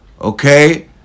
okay